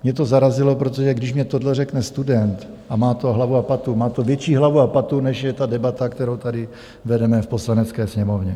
Mě to zarazilo, protože když mi tohle řekne student a má to hlavu a patu, má to větší hlavu a patu, než je ta debata, kterou tady vedeme v Poslanecké sněmovně.